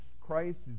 Christ